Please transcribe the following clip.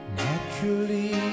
naturally